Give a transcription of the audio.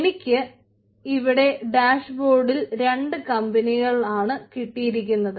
എനിക്ക് ഇവിടെ ഡാഷ്ബോർഡിൽ രണ്ട് കമ്പനികളാണ് കിട്ടിയിരിക്കുന്നത്